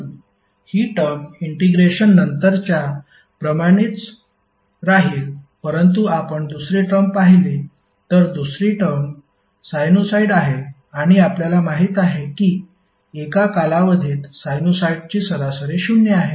म्हणून ही term integration नंतरच्या प्रमाणेच राहील परंतु आपण दुसरी टर्म पाहिली तर दुसरी टर्म साइनुसॉईड आहे आणि आपल्याला माहिती आहे की एका कालावधीत साइनुसॉईडची सरासरी शून्य आहे